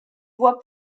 voie